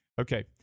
Okay